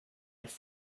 its